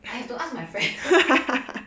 I have to ask my friend